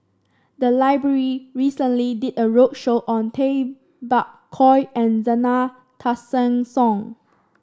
the library recently did a roadshow on Tay Bak Koi and Zena Tessensohn